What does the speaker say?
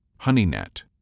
HoneyNet